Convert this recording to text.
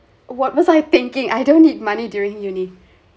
what was I thinking I don't need money during UNI